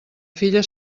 filla